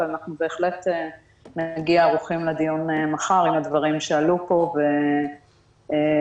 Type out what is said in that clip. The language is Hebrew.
אבל אנחנו בהחלט נגיע ערוכים לדיון מחר עם הדברים שעלו פה עם תשובות.